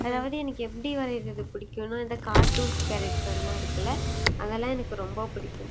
அதாவது எனக்கு எப்படி வரையிறது பிடிக்குனா அந்த கார்ட்டூன்ஸ் கேரக்டர் எல்லாம் இருக்குல அதெலாம் எனக்கு ரொம்ப பிடிக்கும்